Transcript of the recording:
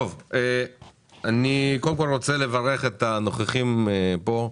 טוב, אני קודם כל רוצה לברך את הנוכחים פה.